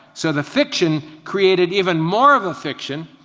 so the fiction created even more of a fiction,